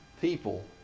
People